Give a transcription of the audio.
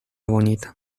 bonita